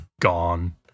gone